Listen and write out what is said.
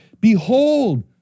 Behold